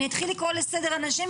אני אתחיל לקרוא לסדר אנשים,